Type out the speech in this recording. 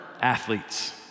athletes